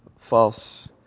false